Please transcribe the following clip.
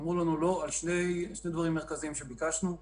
אמרו לנו לא על שני דברים מרכזיים שביקשנו: